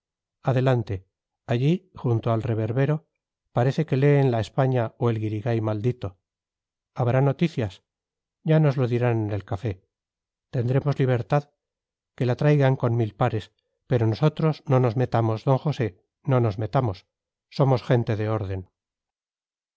adelante allí junto al reverbero parece que leen la españa o el guirigay maldito habrá noticias ya nos lo dirán en el café tendremos libertad que la traigan con mil pares pero nosotros no nos metamos d josé no nos metamos somos gente de orden